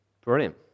Brilliant